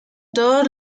todos